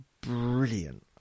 brilliant